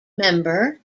member